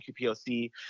QPOC